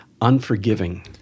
unforgiving